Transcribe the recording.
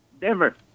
Denver